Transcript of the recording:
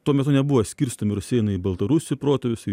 tuo metu nebuvo skirstomi rusėnai į baltarusių protėvius į